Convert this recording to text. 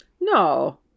No